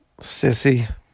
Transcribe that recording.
Sissy